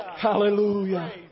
Hallelujah